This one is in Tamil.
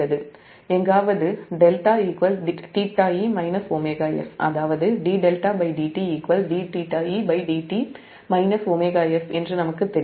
எங்காவது 𝜹𝜽e 𝝎s அதாவது d𝜹dtd𝜽edt 𝝎s என்று நமக்குத் தெரியும்